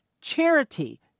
Charity